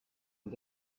und